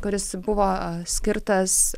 kuris buvo skirtas